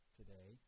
today